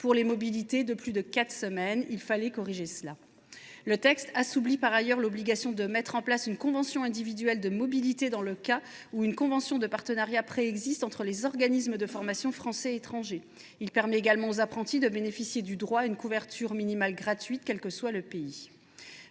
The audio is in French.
pour les mobilités de plus de quatre semaines. Il fallait corriger ce point. Par ailleurs, le présent texte assouplit l’obligation de signer une convention individuelle de mobilité dans le cas où une convention de partenariat préexiste entre les organismes de formation français et étranger. Il permet également aux apprentis de bénéficier d’une couverture minimale gratuite, quel que soit le pays.